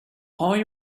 boy